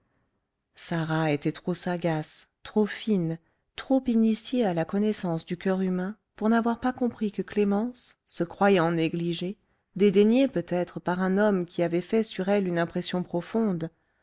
sarah était trop sagace trop fine trop initiée à la connaissance du coeur humain pour n'avoir pas compris que clémence se croyant négligée dédaignée peut-être par un homme qui avait fait sur elle une impression profonde